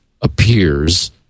appears